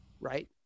right